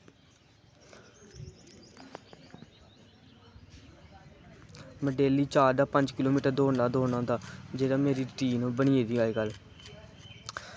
में डेली चार जां पंज किलोमीटर दौड़ना गै दौड़ना होंदा जेह्ड़ी मेरी रुटीन बनी गेदी अज्जकल